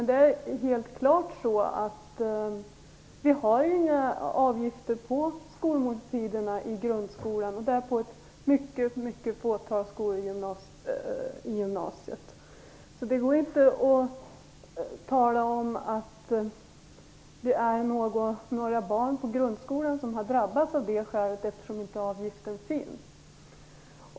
Det finns inte några avgifter på skolmåltiderna i grundskolan och bara på ett litet fåtal gymnasieskolor. Det går inte att säga att barn på grundskolan har drabbats av avgiften eftersom den inte finns.